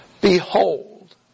behold